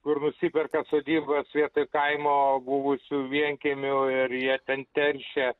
kur nusiperka sodybas vietoj kaimo buvusių vienkiemių ir jie ten teršia